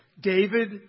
David